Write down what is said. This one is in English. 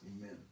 amen